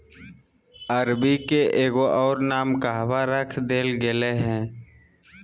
अरबी के एगो और नाम कहवा रख देल गेलय हें